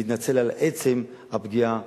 להתנצל על עצם הפגיעה,